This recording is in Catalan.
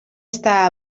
està